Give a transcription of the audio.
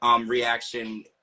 reaction